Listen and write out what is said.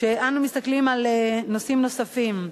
כשאנו מסתכלים על נושאים נוספים,